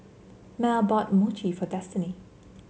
Mell bought Mochi for Destiny